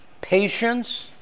patience